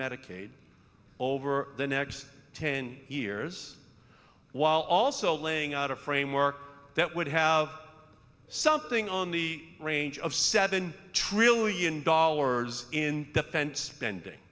medicaid over the next ten years while also laying out a framework that would have something on the range of seven trillion dollars in defense spending